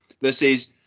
versus